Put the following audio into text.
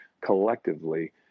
collectively